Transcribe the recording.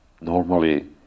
normally